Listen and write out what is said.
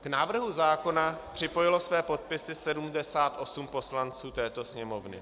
K návrhu zákona připojilo své podpisy 78 poslanců této Sněmovny.